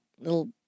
little